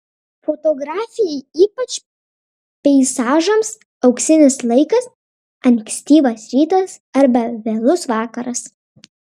fotografijai ypač peizažams auksinis laikas ankstyvas rytas arba vėlus vakaras